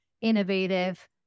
innovative